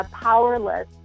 powerless